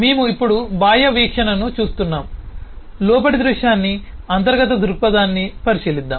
మేము ఇప్పుడు బాహ్య వీక్షణను చూస్తున్నాము లోపలి దృశ్యాన్ని అంతర్గత దృక్పథాన్ని పరిశీలిద్దాం